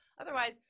Otherwise